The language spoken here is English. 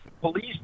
police